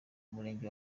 murenge